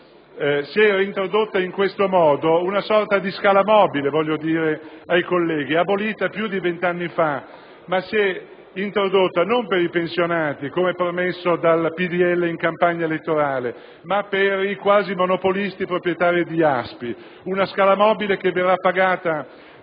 Si è reintrodotta in questo modo una sorta di scala mobile, abolita più di 20 anni fa; ma la si è reintrodotta non per i pensionati, come promesso dal PdL in campagna elettorale, ma per i quasi monopolisti proprietari di ASPI. È una scala mobile che sarà pagata